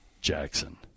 Jackson